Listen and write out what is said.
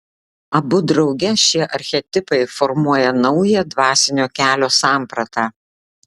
abu drauge šie archetipai formuoja naują dvasinio kelio sampratą